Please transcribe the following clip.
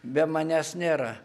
be manęs nėra